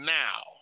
now